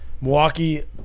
Milwaukee